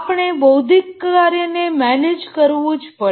આપણે બૌદ્ધિક કાર્યને મેનેજ કરવું જ પડે